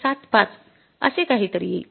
७५ असे काहीतरी येईल